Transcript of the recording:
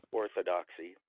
orthodoxy